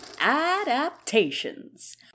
Adaptations